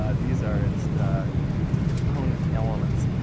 ah these are its component elements.